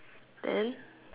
then